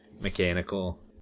mechanical